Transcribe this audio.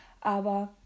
aber